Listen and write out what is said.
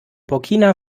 burkina